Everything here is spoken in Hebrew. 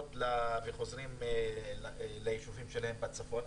וחוזרים ליישובים שלהם בצפון,